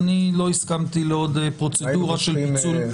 אני לא הסכמתי לעוד פרוצדורה של פיצול.